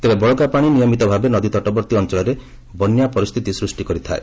ତେବେ ବଳକା ପାଣି ନିୟମିତ ଭାବେ ନଦୀ ତଟବର୍ତ୍ତୀ ଅଞ୍ଚଳରେ ବନ୍ୟା ପରିସ୍ଥିତି ସୂଷ୍ଟି କରିଥାଏ